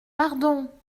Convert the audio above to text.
pardon